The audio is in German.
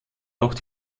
auch